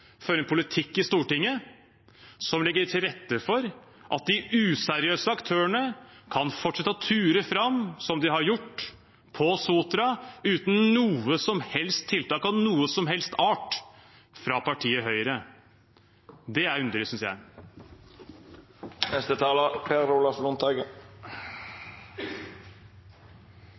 en politikk i Stortinget som legger til rette for at de useriøse aktørene kan fortsette å ture fram som de har gjort på Sotra, uten noen som helst tiltak av noen som helst art fra partiet Høyre. Det er